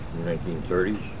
1930's